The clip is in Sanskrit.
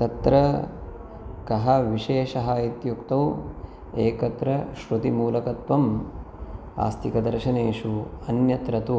तत्र कः विशेषः इत्युक्तौ एकत्र श्रुतिमूलकत्वं आस्तिकदर्शनेषु अन्यत्र तु